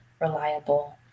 reliable